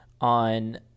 on